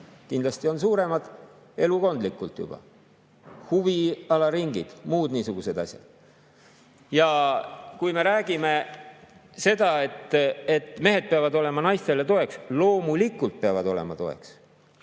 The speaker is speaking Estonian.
kindlasti on suuremad elukondlikult juba: huvialaringid ja muud niisugused asjad. Kui me räägime seda, et mehed peavad olema naistele toeks, siis loomulikult peavad olema toeks.